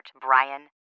Brian